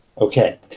Okay